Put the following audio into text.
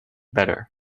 better